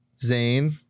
Zane